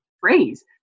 phrase